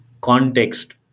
context